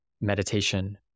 Meditation